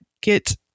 get